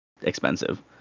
expensive